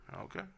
Okay